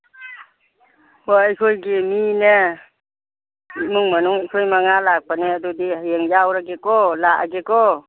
ꯍꯣꯏ ꯑꯩꯈꯣꯏꯒꯤ ꯃꯤꯅꯦ ꯏꯃꯨꯡ ꯃꯅꯨꯡ ꯑꯩꯈꯣꯏ ꯃꯉꯥ ꯂꯥꯛꯄꯅꯦ ꯑꯗꯨꯗꯤ ꯍꯌꯦꯡ ꯌꯥꯎꯔꯒꯦꯀꯣ ꯂꯥꯛꯑꯒꯦꯀꯣ